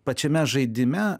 pačiame žaidime